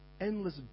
endless